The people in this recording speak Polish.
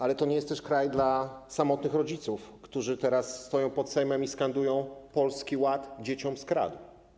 Ale to nie jest też kraj dla samotnych rodziców, którzy teraz stoją pod Sejmem i skandują: Polski Ład dzieciom skradł!